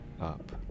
up